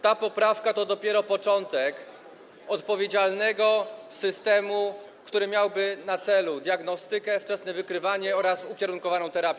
Ta poprawka to dopiero początek odpowiedzialnego systemu, który miałby na celu diagnostykę, wczesne wykrywanie oraz ukierunkowaną terapię.